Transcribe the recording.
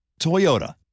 Toyota